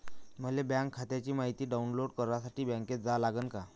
मले बँक खात्याची मायती डाऊनलोड करासाठी बँकेत जा लागन का?